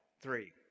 Three